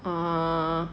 ah